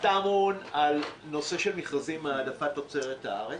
אתה אמון על נושא של מכרזים, העדפת תוצרת הארץ,